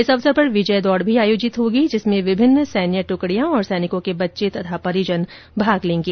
इस अवसर पर विजय दौड़ भी आयोजित होगी जिसमें विभिन्न सैन्य टुकड़ियां और सैनिकों के बच्चे तथा परिजन भाग लेंगे